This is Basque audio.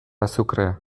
azukrea